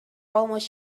almost